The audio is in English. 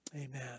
Amen